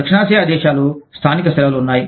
దక్షిణాసియా దేశాలు స్థానిక సెలవులు ఉన్నాయి